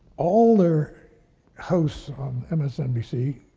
all their hosts on msnbc,